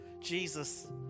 Jesus